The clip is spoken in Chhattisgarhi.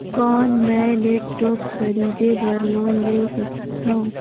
कौन मैं लेपटॉप खरीदे बर लोन ले सकथव?